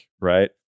right